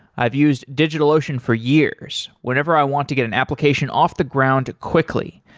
i've used digitalocean for years whenever i want to get an application off the ground quickly,